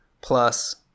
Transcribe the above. plus